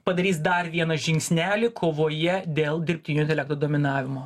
padarys dar vieną žingsnelį kovoje dėl dirbtinio intelekto dominavimo